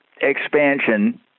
expansion